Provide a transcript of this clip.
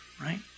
right